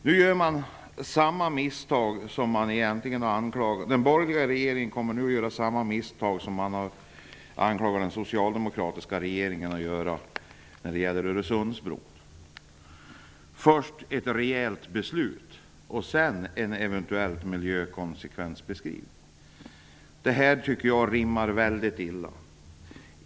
Nu gör den borgerliga regeringen samma misstag som man anklagat den socialdemokratiska regeringen för att göra när det gäller Öresundsbron: först ett rejält beslut, sedan eventuellt en miljökonsekvensbeskrivning. Detta tycker jag rimmar väldigt illa.